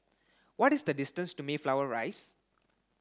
what is the distance to Mayflower Rise